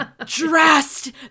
dressed